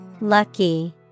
Lucky